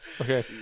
okay